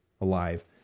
alive